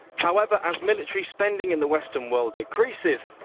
however, as military spending in the western world decreases,